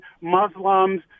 Muslims